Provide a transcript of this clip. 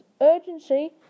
urgency